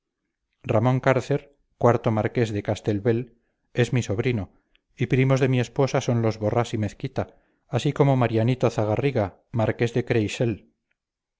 ramón cárcer cuarto marqués de castelbell es mi sobrino y primos de mi esposa son los borrás y mezquita así como marianito zagarriga marqués de